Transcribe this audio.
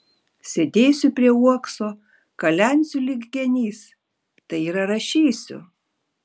sėdėsiu prie uokso kalensiu lyg genys tai yra rašysiu